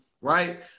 right